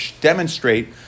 demonstrate